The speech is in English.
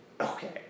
Okay